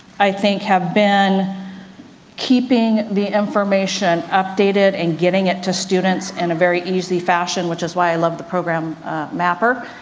i think have been keeping the information updated and getting it to students in a very easy fashion which is why i love the program mapper,